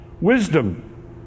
wisdom